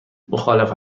مخالف